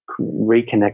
reconnect